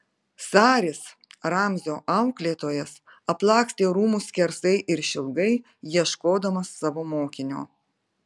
saris ramzio auklėtojas aplakstė rūmus skersai ir išilgai ieškodamas savo mokinio